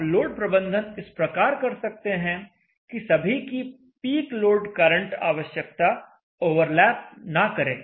आप लोड प्रबंधन इस प्रकार कर सकते हैं कि सभी की पीक लोड करंट आवश्यकता ओवरलैप ना करे